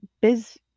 biz